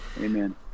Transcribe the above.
Amen